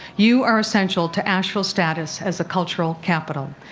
you are essential to asheville's status as a cultural capital.